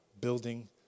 building